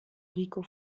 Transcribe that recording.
rico